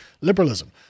liberalism